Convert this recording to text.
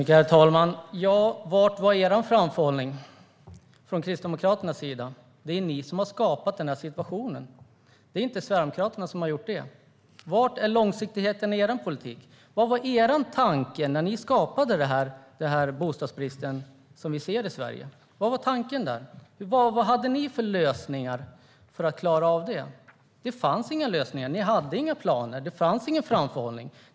Herr talman! Var fanns framförhållningen från Kristdemokraternas sida, Caroline Szyber? Det är ni som har skapat den här situationen. Det är inte Sverigedemokraterna som har gjort det. Var är långsiktigheten i er politik? Vad var er tanke när ni skapade den bostadsbrist vi ser i Sverige? Vad var tanken där? Vad hade ni för lösningar för att klara av detta? Det fanns inga lösningar. Ni hade inga planer, och det fanns ingen framförhållning.